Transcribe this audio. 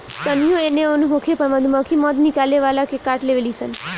तानियो एने ओन होखे पर मधुमक्खी मध निकाले वाला के काट लेवे ली सन